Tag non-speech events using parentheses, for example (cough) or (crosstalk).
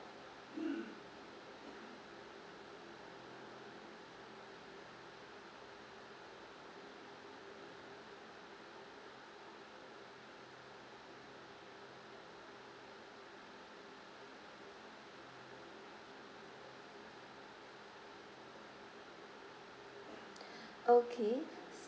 (noise) okay